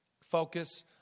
Focus